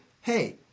hey